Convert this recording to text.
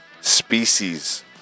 species